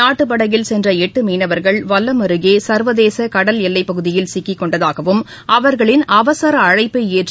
நாட்டுப்படகில் சென்ற எட்டு மீனவர்கள் வல்லம் அருகே சர்வதேச கடல் எல்லைப்பகுதியில் சிக்கிக் கொண்டதாகவும் அவர்களின் அவசர அழைப்ப ஏற்று